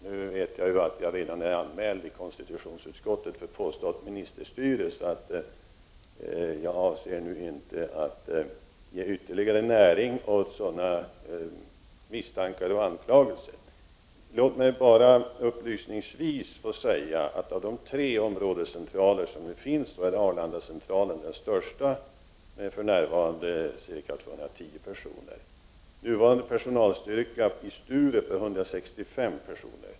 Nu vet jag att jag redan har blivit anmäld till konstitutionsutskottet för påstått ministerstyre, och jag avser inte att ge ytterligare näring åt sådana misstankar och anklagelser. Låt mig bara upplysningsvis säga att Arlandacentralen med för närvarande ca 210 personer är den största av de tre områdescentralerna. Nuvarande personalstyrka vid Sturup är 165 personer.